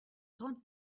trente